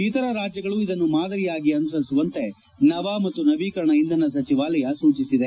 ಇತರ ರಾಜ್ಞಗಳು ಇದನ್ನು ಮಾದರಿಯಾಗಿ ಅನುಸರಿಸುವಂತೆ ನವ ಮತ್ತು ನವೀಕರಣ ಇಂಧನ ಸಚಿವಾಲಯ ಸೂಚಿಸಿದೆ